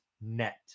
net